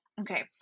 Okay